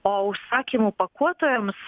o užsakymų pakuotojams